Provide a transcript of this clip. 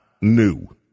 new